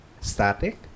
static